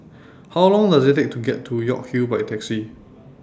How Long Does IT Take to get to York Hill By Taxi